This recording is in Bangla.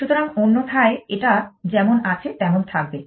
সুতরাং অন্যথায় এটা যেমন আছে তেমন থাকবে